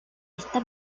esta